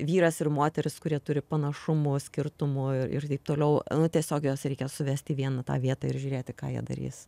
vyras ir moteris kurie turi panašumų skirtumų ir ir taip toliau tiesiog juos reikia suvesti vien į tą vietą ir žiūrėti ką jie darys